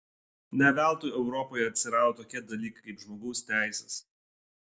ne veltui europoje atsirado tokie dalykai kaip žmogaus teisės